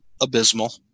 abysmal